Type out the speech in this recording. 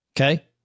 Okay